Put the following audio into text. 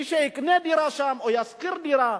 מי שיקנה דירה שם או ישכור דירה,